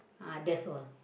uh that's all